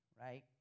right